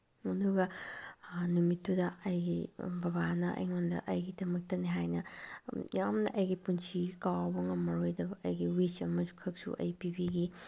ꯑꯗꯨꯒ ꯅꯨꯃꯤꯠꯇꯨꯗ ꯑꯩꯒꯤ ꯕꯕꯥꯅ ꯑꯩꯉꯣꯟꯗ ꯑꯩꯒꯤꯗꯃꯛꯇꯅꯦ ꯍꯥꯏꯅ ꯌꯥꯝꯅ ꯑꯩꯒꯤ ꯄꯨꯟꯁꯤ ꯀꯥꯎꯕ ꯉꯝꯃꯔꯣꯏꯗꯕ ꯑꯩꯒꯤ ꯋꯤꯁ ꯑꯃꯈꯛꯁꯨ ꯑꯩ ꯄꯤꯕꯤꯈꯤ